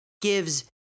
gives